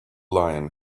lion